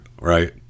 right